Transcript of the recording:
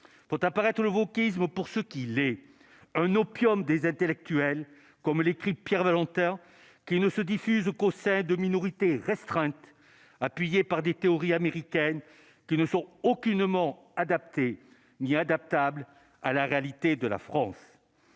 font apparaître le wokisme pour ce qu'il est un Opium des intellectuels comme l'écrit Pierre de lenteur qui ne se diffuse Cosset de minorités restreinte, appuyés par des théories américaines qui ne sont aucunement adapté, ni adaptable à la réalité de la France,